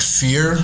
fear